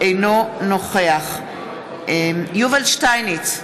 אינו נוכח יובל שטייניץ,